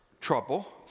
trouble